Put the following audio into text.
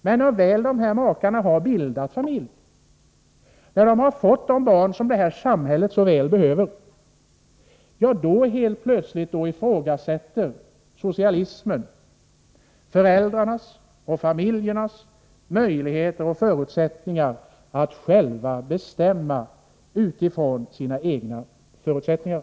Men när dessa unga väl har bildat familj och fått de barn som detta samhälle så väl behöver, då ifrågasätter socialismen helt plötsligt föräldrarnas och familjernas möjligheter att bestämma utifrån sina egna förutsättningar.